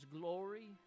glory